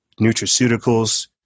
nutraceuticals